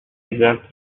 exact